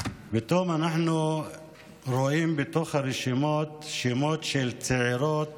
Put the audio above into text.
פתאום אנחנו רואים בתוך הרשימות שמות של צעירות